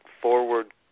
forward